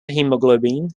hemoglobin